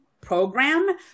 program